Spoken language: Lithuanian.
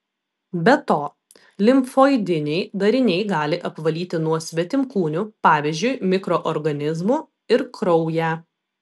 be to limfoidiniai dariniai gali apvalyti nuo svetimkūnių pavyzdžiui mikroorganizmų ir kraują